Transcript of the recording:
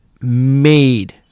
made